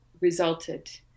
resulted